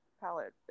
palette